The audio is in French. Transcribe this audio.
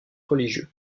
religieux